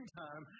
time